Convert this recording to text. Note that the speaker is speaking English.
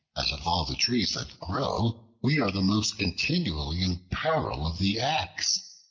as of all the trees that grow we are the most continually in peril of the axe.